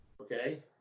okay